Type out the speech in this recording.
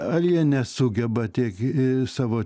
ar jie nesugeba tiek į savo